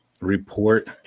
report